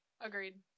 Agreed